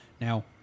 Now